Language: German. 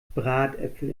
bratäpfel